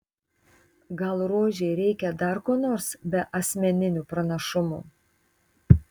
gal rožei reikia dar ko nors be asmeninių pranašumų